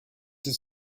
does